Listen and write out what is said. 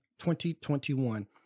2021